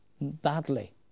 badly